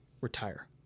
retire